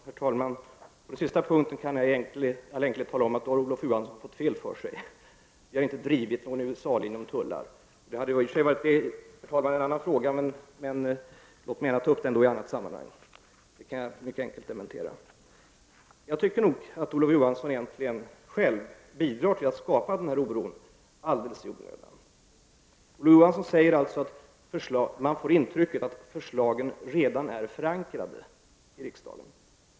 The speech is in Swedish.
Herr talman! På den sista punkten kan jag i all enkelhet tala om att Olof Johansson har uppfattat saken felaktigt. Vi har inte drivit någon ”USA linje” i fråga om tullar. Detta kunde i och för sig också, herr talman, vara en fråga att diskutera, men låt mig ta upp den i ett annat sammanhang. Vad Olof Johansson sade i denna fråga kan jag mycket enkelt dementera. Jag tycker nog att Olof Johansson egentligen själv bidrar till att skapa denna oro, och detta alldeles i onödan. Olof Johansson säger att man får intrycket att förslagen redan är förankrade i riksdagen.